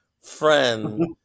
friend